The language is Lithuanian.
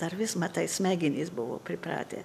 dar vis matai smegenys buvo pripratę